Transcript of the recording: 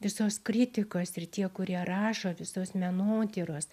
visos kritikos ir tie kurie rašo visos menotyros